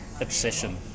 obsession